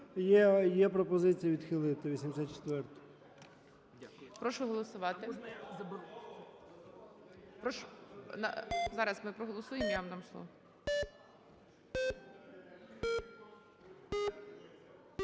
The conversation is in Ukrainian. є пропозиція відхилити 84-у.